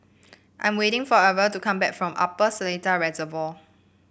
I am waiting for Irven to come back from Upper Seletar Reservoir